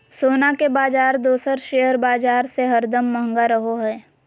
सोना के बाजार दोसर शेयर बाजार से हरदम महंगा रहो हय